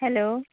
hello